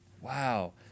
Wow